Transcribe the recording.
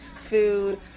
food